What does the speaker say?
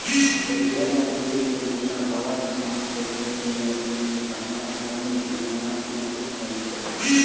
खेतिहर मजदूर के बिना बड़ा किसान के खेत में एक दाना अन्न भी न उग पइतइ